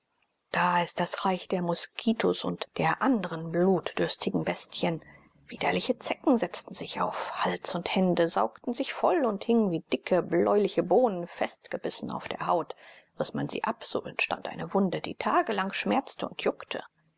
da ist das reich der moskitos und der andren blutdürstigen bestien widerliche zecken setzten sich auf hals und hände saugten sich voll und hingen wie dicke bläuliche bohnen festgebissen auf der haut riß man sie ab so entstand eine wunde die tagelang schmerzte und juckte